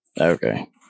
Okay